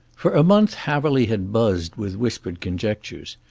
for a month haverly had buzzed with whispered conjectures.